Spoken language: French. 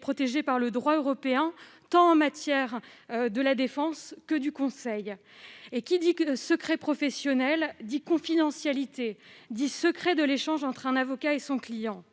protégée par le droit européen, en matière tant de défense que de conseil. Qui dit secret professionnel dit confidentialité, secret de l'échange entre un avocat et son client.